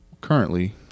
currently